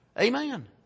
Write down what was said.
Amen